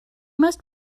must